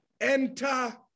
enter